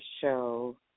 show